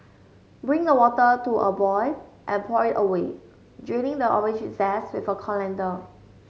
bring the water to a boy and pour it away draining the orange zest with a colander